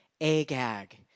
Agag